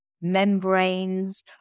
membranes